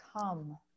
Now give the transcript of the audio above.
come